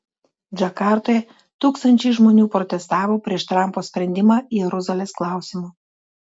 džakartoje tūkstančiai žmonių protestavo prieš trampo sprendimą jeruzalės klausimu